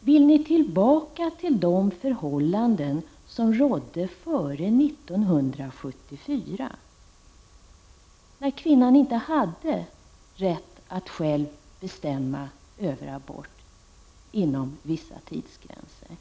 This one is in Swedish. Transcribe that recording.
Vill ni gå tillbaka till de förhållanden som rådde före 1974? Då hade kvinnan inte rätt att själv bestämma över aborten inom vissa tidsgränser.